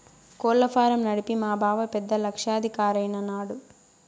కోళ్ల ఫారం నడిపి మా బావ పెద్ద లక్షాధికారైన నాడు